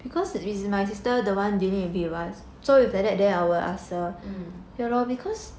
mm